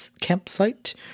campsite